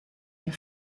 and